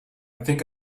think